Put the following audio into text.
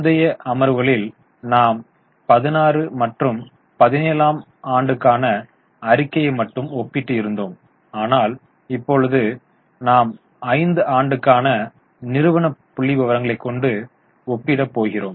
முந்தைய அமர்வுகளில் நாம் 16 மற்றும் 17 ஆம் ஆண்டுக்கான அறிக்கை மட்டும் ஒப்பிட்டு இருந்தோம் ஆனால் இப்பொழுது நாம் 5 ஆண்டுக்கான நிறுவன புள்ளிவிவரங்களை கொண்டு ஒப்பிட போகிறோம்